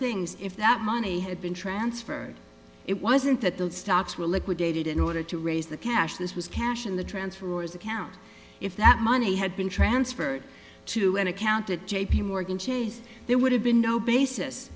things if that money had been transferred it wasn't that those stocks were liquidated in order to raise the cash this was cash in the transfer or as account if that money had been transferred to an account at j p morgan chase there would have been no basis